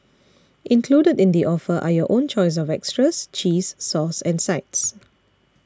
included in the offer are your own choice of extras cheese sauce and sides